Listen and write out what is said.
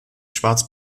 schwarz